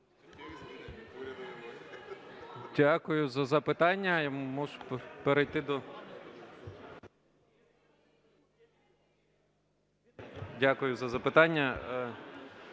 Дякую за запитання.